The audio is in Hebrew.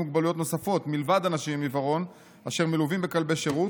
מוגבלויות נוספות מלבד אנשים עם עיוורון אשר מלווים בכלבי שירות,